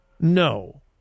No